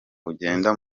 ugenda